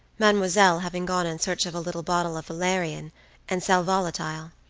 mademoiselle having gone in search of a little bottle of valerian and salvolatile,